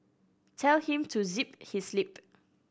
tell him to zip his lip